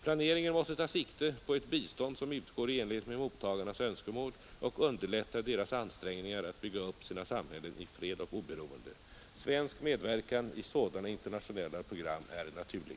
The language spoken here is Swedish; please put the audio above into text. Planeringen måste ta sikte på ett bistånd som utgår i enlighet med mottagarnas önskemål och underlättar deras ansträngningar att bygga upp sina samhällen i fred och oberoende. Svensk medverkan i sådana internationella program är naturlig.